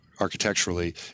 architecturally